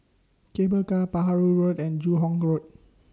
Cable Car Perahu Road and Joo Hong Road